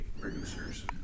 producers